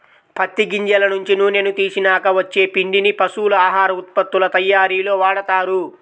పత్తి గింజల నుంచి నూనెని తీసినాక వచ్చే పిండిని పశువుల ఆహార ఉత్పత్తుల తయ్యారీలో వాడతారు